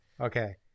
Okay